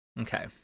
Okay